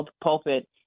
pulpit